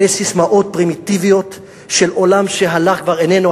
אלה ססמאות פרימיטיביות של עולם שהלך וכבר איננו.